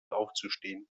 aufzustehen